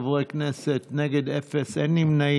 ובכן, בעד, שישה חברי כנסת, נגד, אפס, אין נמנעים.